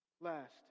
Last